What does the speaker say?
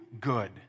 good